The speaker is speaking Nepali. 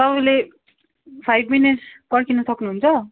तपाईँले फाइभ मिनेट्स पर्खिनु सक्नुहुन्छ